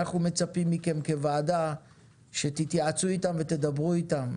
אנחנו מצפים מכם כוועדה שתתייעצו איתם ותדברו איתם.